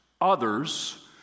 others